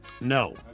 No